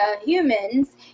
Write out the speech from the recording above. humans